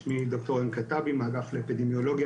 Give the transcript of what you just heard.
שמו דוקטור אורן כתבי מהאגף לאפידמיולוגיה